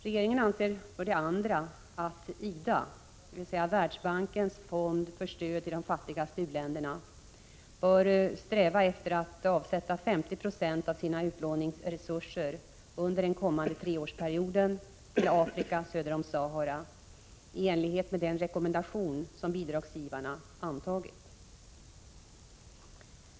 Regeringen anser för det andra att IDA — Världsbankens fond för stöd till de fattigaste u-länderna —- bör sträva efter att avsätta 50 90 av sina utlåningsresurser under den kommande treårsperioden till Afrika söder om Sahara i enlighet med den rekommendation som bidragsgivarna antagit.